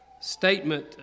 statement